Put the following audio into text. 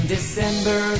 December